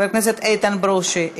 חבר הכנסת איתן ברושי,